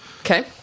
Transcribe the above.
Okay